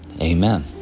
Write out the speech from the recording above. Amen